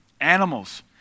Animals